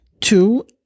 Two